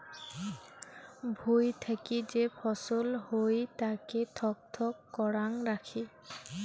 ভুঁই থাকি যে ফছল হই তাকে থক থক করাং রাখি